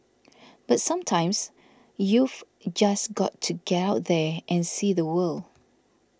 but sometimes you've just got to get out there and see the world